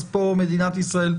אז פה מדינת ישראל,